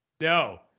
No